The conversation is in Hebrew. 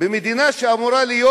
במדינה שאמורה להיות,